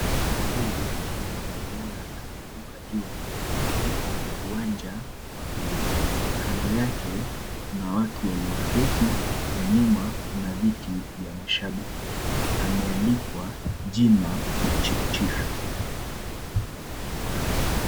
Huyu ni mwanariadha aliyeruka juu katika uwanja wa mbio. Kando yake kuna watu walioketi na nyuma kuna viti vya mashabiki. Ameandikwa jina Kipchirchir.